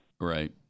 Right